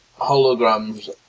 holograms